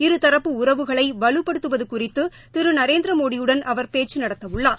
இருதரப்பு உறவுகளை வலுப்படுத்தவது குறித்து திரு நரேந்திரமோடியுடன் அவர் பேச்சு நடத்தவுள்ளார்